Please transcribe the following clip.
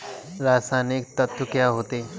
रसायनिक तत्व क्या होते हैं?